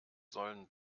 sollen